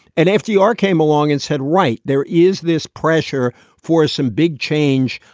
and fdr came along and said, right there is this pressure for some big change.